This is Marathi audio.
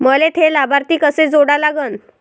मले थे लाभार्थी कसे जोडा लागन?